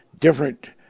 different